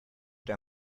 der